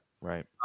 Right